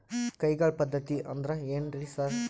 ಕೈಗಾಳ್ ಪದ್ಧತಿ ಅಂದ್ರ್ ಏನ್ರಿ ಸರ್?